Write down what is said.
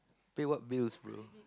pay what bills bro